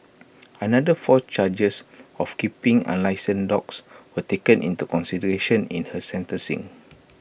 another four charges of keeping unlicensed dogs were taken into consideration in her sentencing